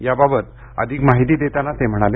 याबाबत अधिक माहिती देताना ते म्हणाले